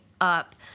up